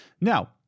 Now